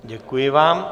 Děkuji vám.